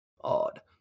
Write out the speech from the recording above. odd